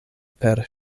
per